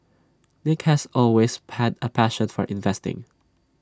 nick has always had A passion for investing